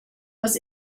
was